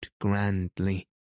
grandly